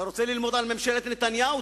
אתה רוצה ללמוד על ממשלת נתניהו?